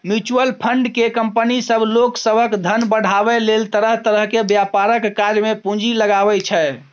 mutual fund केँ company सब लोक सभक धन बढ़ाबै लेल तरह तरह के व्यापारक काज मे पूंजी लगाबै छै